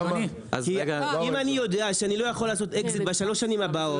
כי אם אני יודע שאני לא יכול לעשות אקזיט בשלוש השנים הבאות,